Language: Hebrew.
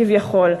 כביכול,